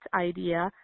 idea